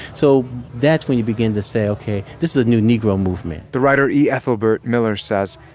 so that's when you begin to say, ok, this is a new negro movement the writer e. ethelbert miller says,